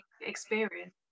experience